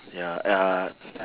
ya uh